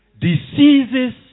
Diseases